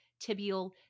tibial